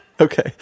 Okay